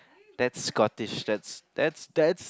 that's Scottish that's that's that's